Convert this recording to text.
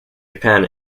japan